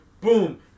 boom